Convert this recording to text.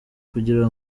kugira